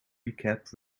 recap